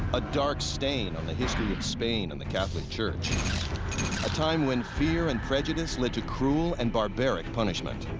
a dark stain on the history of spain and the catholic church. a time when fear and prejudice led to cruel and barbaric punishment,